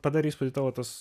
padarė įspūdį tavo tas